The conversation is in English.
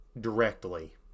directly